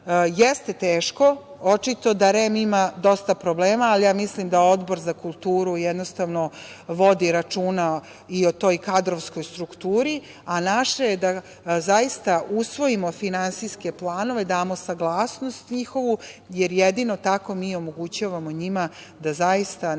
jeste teško. Očito da REM ima dosta problema, ali ja mislim da Odbor za kulturu jednostavno vodi računa i o toj kadrovskoj strukturi, a naše je da zaista usvojimo finansijske planove, damo saglasnost njihovu. Jedino tako mi omogućavamo njima da zaista na